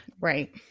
Right